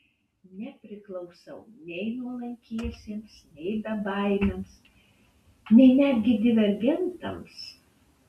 nepriklausau nei nuolankiesiems nei bebaimiams nei netgi divergentams